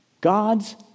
God's